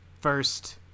first